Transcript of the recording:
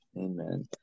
amen